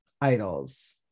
idols